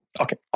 Okay